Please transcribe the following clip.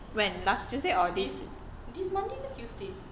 when last tuesday or this